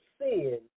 sin